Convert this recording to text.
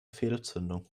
fehlzündung